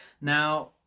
Now